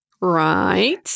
Right